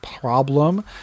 problem